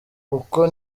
uko